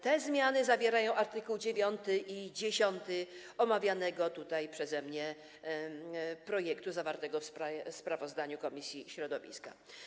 Te zmiany są zawarte w art. 9 i 10 omawianego tutaj przeze mnie projektu zawartego w sprawozdaniu komisji środowiska.